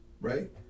right